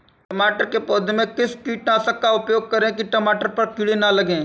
टमाटर के पौधे में किस कीटनाशक का उपयोग करें कि टमाटर पर कीड़े न लगें?